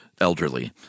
elderly